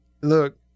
Look